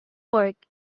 fork